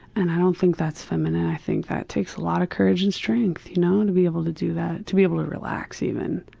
and i don't think that's feminine. i think it takes a lot of courage and strength you know to be able to do that. to be able to relax even,